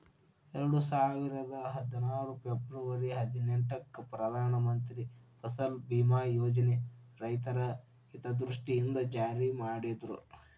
ಎರಡುಸಾವಿರದ ಹದ್ನಾರು ಫೆಬರ್ವರಿ ಹದಿನೆಂಟಕ್ಕ ಪ್ರಧಾನ ಮಂತ್ರಿ ಫಸಲ್ ಬಿಮಾ ಯೋಜನನ ರೈತರ ಹಿತದೃಷ್ಟಿಯಿಂದ ಜಾರಿ ಮಾಡಿದ್ರು